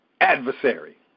Adversary